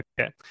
okay